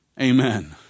Amen